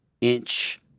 inch